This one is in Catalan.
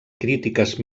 crítiques